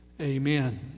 Amen